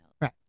Right